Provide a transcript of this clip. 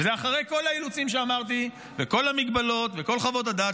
וזה אחרי כל האילוצים שאמרתי וכל המגבלות וכל חוות הדעת,